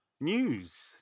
news